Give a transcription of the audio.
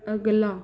ਅਗਲਾ